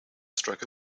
stroke